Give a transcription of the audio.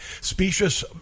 specious